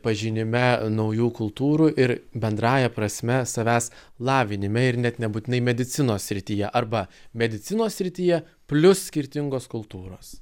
pažinime naujų kultūrų ir bendrąja prasme savęs lavinime ir net nebūtinai medicinos srityje arba medicinos srityje plius skirtingos kultūros